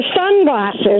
sunglasses